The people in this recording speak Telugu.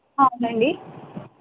అవునండి